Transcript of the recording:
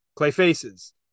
Clayface's